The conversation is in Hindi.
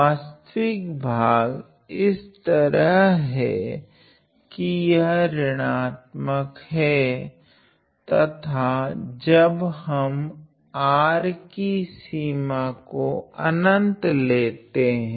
वास्तविक भाग इस प्रकार हैं कि यह ऋणात्मक हैं तथा जब हम R कि सीमा को अनंत लेते हैं